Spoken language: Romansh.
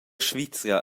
svizra